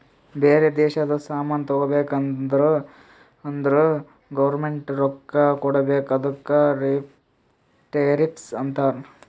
ಬೇರೆ ದೇಶದು ಸಾಮಾನ್ ತಗೋಬೇಕು ಅಂದುರ್ ಅದುರ್ ಗೌರ್ಮೆಂಟ್ಗ ರೊಕ್ಕಾ ಕೊಡ್ಬೇಕ ಅದುಕ್ಕ ಟೆರಿಫ್ಸ್ ಅಂತಾರ